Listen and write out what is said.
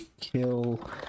kill